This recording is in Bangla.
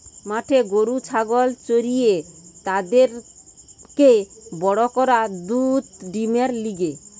মাঠে গরু ছাগল চরিয়ে তাদেরকে বড় করা দুধ ডিমের লিগে